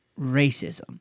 racism